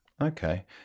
Okay